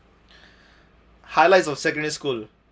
highlights of secondary school